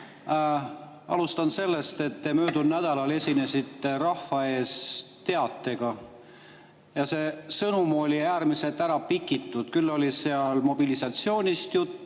Alustan sellest, et te möödunud nädalal esinesite rahva ees teatega. See sõnum oli äärmiselt ära pikitud. Küll oli seal mobilisatsioonist juttu,